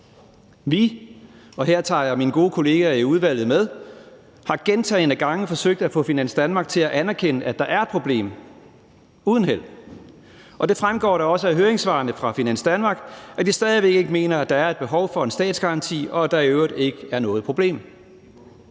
– har gentagne gange forsøgt at få Finans Danmark til at anerkende, at der er et problem, men uden held, og det fremgår da også af høringssvarene fra Finans Danmark, at de stadig væk ikke mener, at der er et behov for en statsgaranti, og at der i øvrigt er et problem.